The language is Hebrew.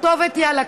הכתובת היא על הקיר: